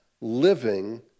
living